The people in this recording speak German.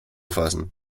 fassen